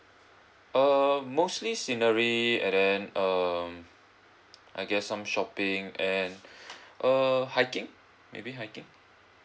err mostly scenery and then um I guess some shopping and err hiking maybe hiking